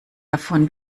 davon